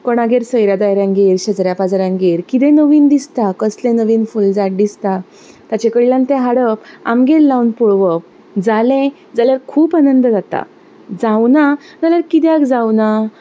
कोणागेर सोयऱ्यां दायऱ्यांगेर शेजऱ्यां पाजऱ्यांगेर कितेंय नवीन दिसता कसलेंय नवीन फूल झाड दिसता ताचेकडल्यान तें हाडप आमगेर लावून पळोवप जालें जाल्यार खूब आनंद जाता जावुना जाल्यार कित्याक जावुना